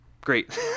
great